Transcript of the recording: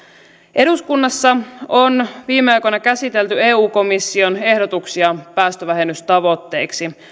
eduskunnassa on viime aikoina käsitelty eu komission ehdotuksia päästövähennystavoitteiksi